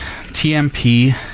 tmp